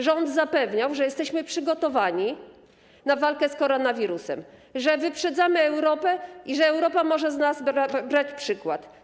Rząd zapewniał, że jesteśmy przygotowani na walkę z koronawirusem, że wyprzedzamy Europę i że Europa może brać z nas przykład.